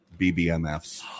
BBMFs